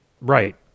Right